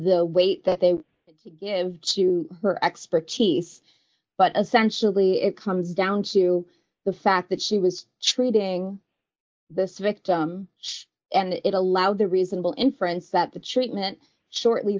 the weight that they give to her expertise but essentially it comes down to the fact that she was treating this victim and it allowed the reasonable inference that the treatment shortly